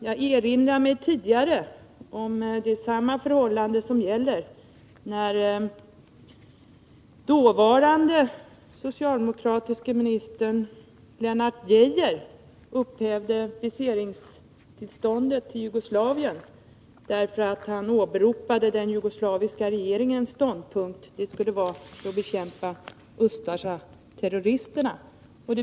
Jag erinrar mig att det var samma förhållande tidigare, när den dåvarande socialdemokratiske ministern Lennart Geijer upphävde viseringstillståndet beträffande Jugoslavien med åberopande av den jugoslaviska regeringens ståndpunkt, att man skulle bekämpa Ustasjaterroristerna.